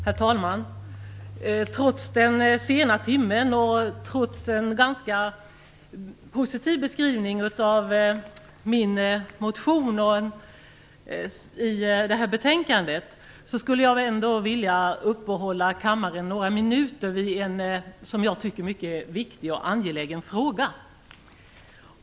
Herr talman! Trots den sena timmen och trots en ganska positiv behandling av min motion i det här betänkandet skulle jag ändå vilja uppehålla kammaren i några minuter vid en som jag tycker mycket viktig och angelägen fråga.